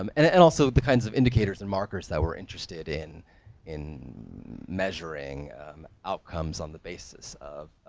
um and and also the kinds of indicators and markers that we're interested in in measuring outcomes on the basis of,